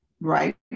Right